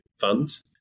funds